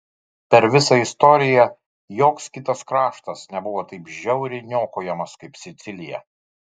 per visą istoriją joks kitas kraštas nebuvo taip žiauriai niokojamas kaip sicilija